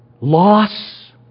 loss